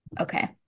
okay